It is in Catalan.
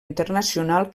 internacional